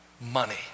money